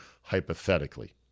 hypothetically